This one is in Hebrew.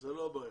זו לא הבעיה.